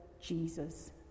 Jesus